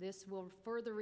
this will further